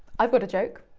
i've got a joke,